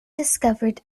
discovered